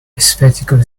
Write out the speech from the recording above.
aesthetically